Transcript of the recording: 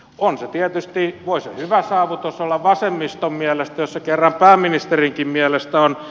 voi se tietysti hyvä saavutus olla vasemmiston mielestä jos se kerran pääministerinkin mielestä on